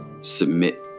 submit